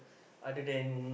other than